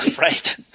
Right